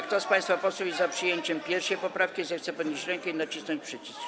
Kto z państwa posłów jest za przyjęciem 1. poprawki, zechce podnieść rękę i nacisnąć przycisk.